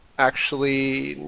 actually,